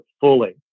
fully